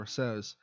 says